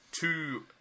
two